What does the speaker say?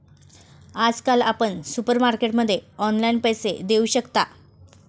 आजकाल आपण सुपरमार्केटमध्ये ऑनलाईन पैसे देऊ शकता